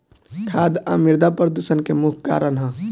खाद आ मिरदा प्रदूषण के मुख्य कारण ह